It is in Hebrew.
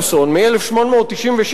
Ferguson, מ-1896,